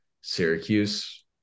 Syracuse